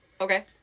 Okay